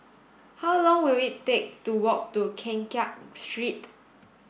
how long will it take to walk to Keng Kiat Street